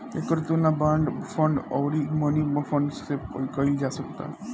एकर तुलना bond fund अउरी money fund से कईल जा सकता